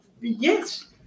Yes